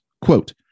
quote